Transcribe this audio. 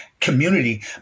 community